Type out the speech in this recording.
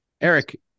Eric